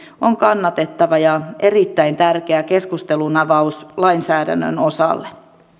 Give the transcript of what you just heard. on kannatettava ja erittäin tärkeä keskustelunavaus lainsäädännön osalle arvoisa